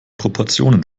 proportionen